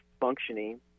functioning